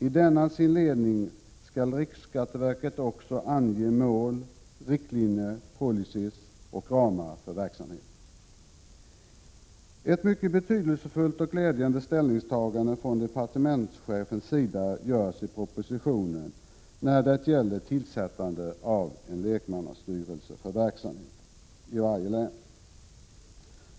I denna sin ledning skall RSV också ange mål, riktlinjer, policy och ramar för verksamheten. Ett mycket betydelsefullt och glädjande ställningstagande från departementschefens sida görs i propositionen när det gäller tillsättande av en lekmannastyrelse för verksamheten i varje län.